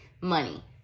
money